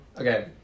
Okay